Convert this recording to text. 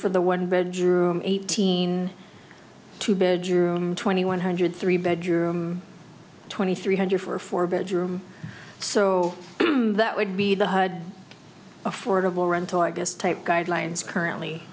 for the one bedroom eighteen two bedroom twenty one hundred three bedroom twenty three hundred for a four bedroom so that would be the hood affordable rental i guess type guidelines currently